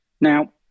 Now